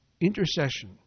Intercession